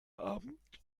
abend